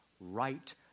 right